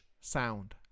sound